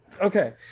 Okay